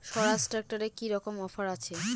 স্বরাজ ট্র্যাক্টরে কি রকম অফার আছে?